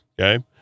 Okay